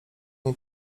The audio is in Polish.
nie